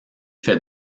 fait